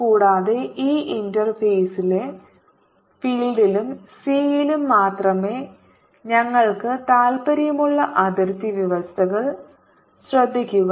കൂടാതെ ഈ ഇന്റർഫേസിലെ ഫീൽഡിലും ഡിയിലും മാത്രമേ ഞങ്ങൾക്ക് താൽപ്പര്യമുള്ള അതിർത്തി വ്യവസ്ഥകൾ ശ്രദ്ധിക്കുക